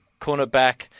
cornerback